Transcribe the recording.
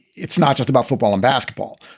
it's not just about football and basketball.